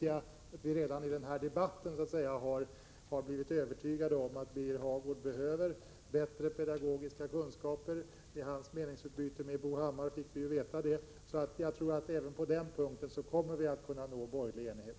Om jag förstod det rätt har denna debatt redan visat att Birger Hagård behöver bättre pedagogiska kunskaper. Detta fick vi veta genom hans meningsutbyte med Bo Hammar. Jag tror alltså att vi även på den punkten kommer att kunna nå borgerlig enighet.